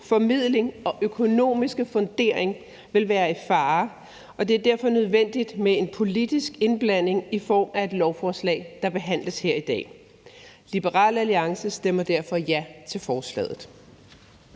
formidling og økonomiske fundering vil være i fare, og at det derfor er nødvendigt med en politisk indblanding i form af det lovforslag, der behandles her i dag. Liberal Alliance stemmer derfor ja til forslaget.